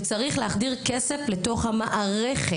וצריך להחדיר כסף לתוך המערכת.